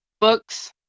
books